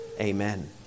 Amen